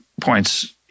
points